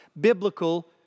biblical